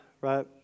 right